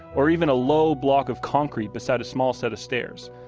or even a low block of concrete beside a small set of stairs.